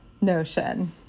notion